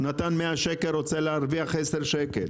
נתן 100 שקל רוצה להרוויח עשרה שקלים.